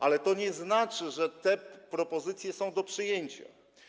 Ale to nie znaczy, że te propozycje są do przyjęcia.